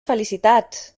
felicitats